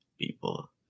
People